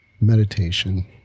meditation